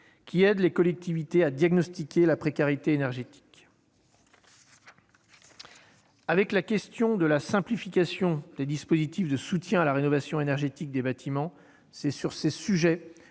qui aide les collectivités à diagnostiquer la précarité énergétique. Avec la question de la simplification des dispositifs de soutien à la rénovation énergétique des bâtiments, c'est dans la lutte